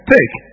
Take